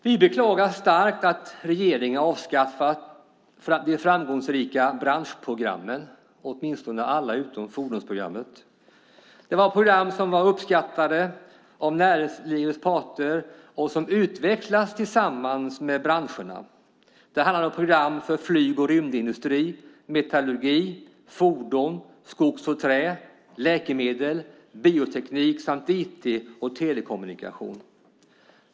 Vi beklagar starkt att regeringen har avskaffat de framgångsrika branschprogrammen, alla utom fordonsprogrammet. Det var program som var uppskattade av näringslivets parter och som utvecklats tillsammans med branscherna. Det handlade om program för flyg och rymdindustrin, metallurgi, fordon, skog och trä, läkemedel, bioteknik samt IT och telekommunikation.